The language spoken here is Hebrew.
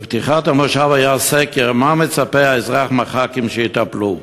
בפתיחת המושב היה סקר: במה מצפה האזרח מהח"כים שיטפלו?